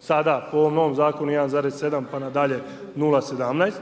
sada po ovom novom zakonu 1,7 pa nadalje 0,17